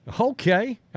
Okay